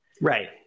Right